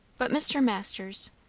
but, mr. masters,